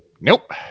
Nope